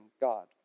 God